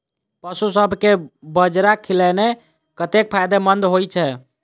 पशुसभ केँ बाजरा खिलानै कतेक फायदेमंद होइ छै?